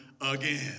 again